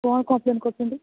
କ'ଣ କମ୍ପ୍ଲେନ୍ କରିଛନ୍ତି